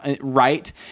right